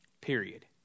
period